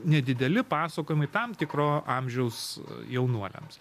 nedideli pasakojimai tam tikro amžiaus jaunuoliams